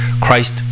Christ